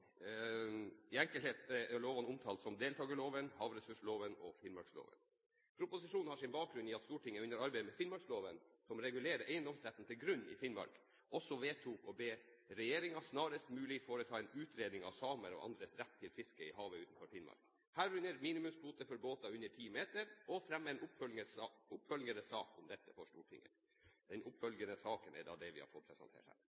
I enkelthet er lovene omtalt som deltakerloven, havressursloven og finnmarksloven. Proposisjonen har sin bakgrunn i at Stortinget under arbeidet med finnmarksloven, som regulerer eiendomsretten til grunn i Finnmark, også vedtok å be «Regjeringen snarest mulig foreta en utredning av samer og andres rett til fiske i havet utenfor Finnmark, herunder minimumskvote for båter under ti meter, og fremme en oppfølgende sak om dette for Stortinget». Den oppfølgende saken er da det vi har fått presentert her.